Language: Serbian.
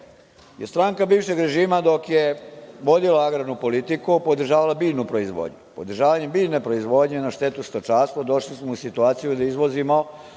je stranka bivšeg režima, dok je vodila agrarnu politiku, podržavala biljnu proizvodnju. Podržavanjem biljne proizvodnje na štetu stočarstva došli smo u situaciju da izvozimo